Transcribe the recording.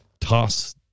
toss